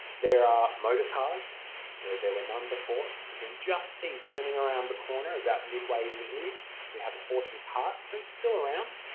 there are motorcars where there were none before. you can just see turning around the corner about midway in the image we have horse and cart so it's still around